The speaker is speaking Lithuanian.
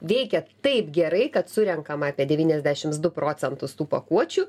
veikia taip gerai kad surenkama apie devyniasdešims du procentus tų pakuočių